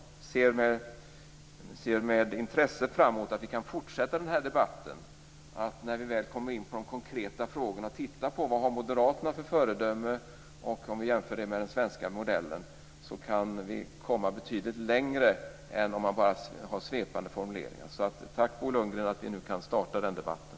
Jag ser med intresse fram emot att vi kan fortsätta den här debatten. När vi väl kommer in på de konkreta frågorna, tittar närmare på vad moderaterna har för föredöme och jämför det med den svenska modellen kan vi komma betydligt längre än om man bara har svepande formuleringar. Tack, Bo Lundgren, för att vi nu kan starta den debatten.